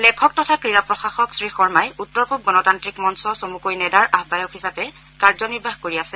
লেখক তথা ক্ৰীড়া প্ৰশাসক শ্ৰীশৰ্মাই উত্তৰ পূব গণতান্ত্ৰিক মঞ্চ চমুকৈ নেডাৰ আহায়ক হিচাপে কাৰ্য নিৰ্বাহ কৰি আছে